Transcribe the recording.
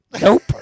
Nope